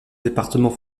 département